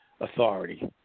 authority